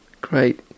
great